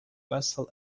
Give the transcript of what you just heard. wessel